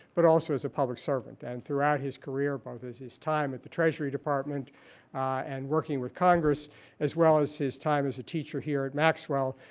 but also as a public servant. and throughout his career, both as his time at the treasury department and working with congress as well as his time as teacher here at maxwell,